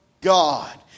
God